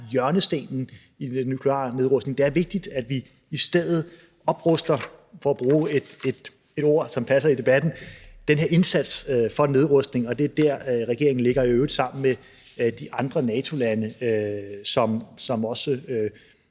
hjørnestenen i den nukleare nedrustning. Det er vigtigt, at vi i stedet opruster til, for at bruge et ord, som passer i debatten, den her indsats for nedrustning, og det er der, regeringen ligger – i øvrigt sammen med de andre NATO-lande, som også